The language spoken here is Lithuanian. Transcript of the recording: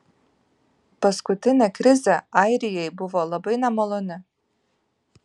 paskutinė krizė airijai buvo labai nemaloni